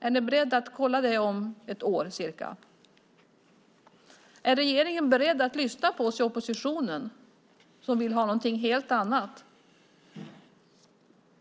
Är ni beredda att kolla det om cirka ett år? Är regeringen beredd att lyssna på oss i oppositionen som vill ha något helt annat?